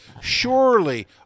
surely